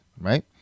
right